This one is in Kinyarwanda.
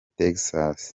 texas